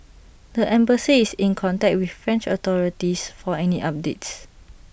the embassy is in contact with French authorities for any updates